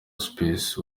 space